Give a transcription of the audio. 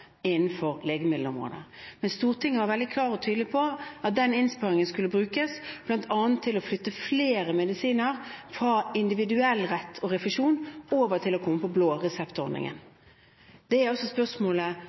innenfor legemiddelområdet, men Stortinget var veldig klart og tydelig på at den innsparingen skulle brukes bl.a. til å flytte flere medisiner fra individuell rett og refusjon over til